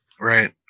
Right